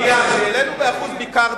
כשהעלינו ב-1% ביקרתם.